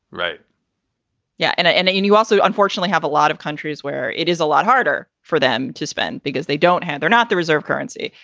right yeah, and and and you also, unfortunately, have a lot of countries where it is a lot harder for them to spend because they don't have they're not the reserve currency.